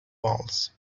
walls